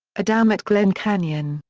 a dam at glen canyon,